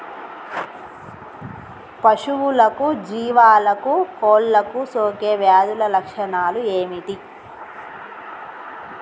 పశువులకు జీవాలకు కోళ్ళకు సోకే వ్యాధుల లక్షణాలు ఏమిటి?